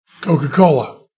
Coca-Cola